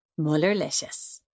Mullerlicious